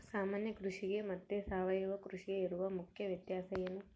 ಸಾಮಾನ್ಯ ಕೃಷಿಗೆ ಮತ್ತೆ ಸಾವಯವ ಕೃಷಿಗೆ ಇರುವ ಮುಖ್ಯ ವ್ಯತ್ಯಾಸ ಏನು?